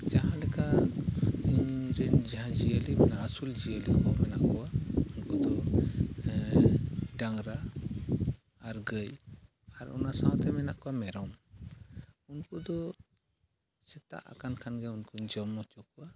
ᱡᱟᱦᱟᱸᱞᱮᱠᱟ ᱤᱧᱨᱮᱱ ᱡᱟᱦᱟᱸ ᱡᱤᱭᱟᱹᱞᱤ ᱢᱟᱱᱮ ᱟᱹᱥᱩᱞ ᱡᱤᱭᱟᱹᱞᱤ ᱠᱚ ᱢᱮᱱᱟᱜ ᱠᱚᱣᱟ ᱩᱱᱠᱩ ᱫᱚ ᱰᱟᱝᱨᱟ ᱟᱨ ᱜᱟᱹᱭ ᱟᱨ ᱚᱱᱟ ᱥᱟᱶᱛᱮ ᱢᱮᱱᱟᱜ ᱠᱚᱣᱟ ᱢᱮᱨᱚᱢ ᱩᱱᱠᱩ ᱫᱚ ᱥᱮᱛᱟᱜ ᱟᱠᱟᱱ ᱠᱷᱟᱱᱜᱮ ᱩᱱᱠᱩᱧ ᱡᱚᱢ ᱦᱚᱪᱚ ᱠᱚᱣᱟ